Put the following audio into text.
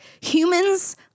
humans